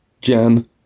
Jan